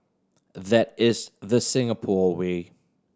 that is the Singapore way